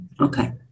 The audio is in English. okay